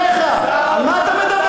בחייך, על מה אתה מדבר?